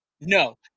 No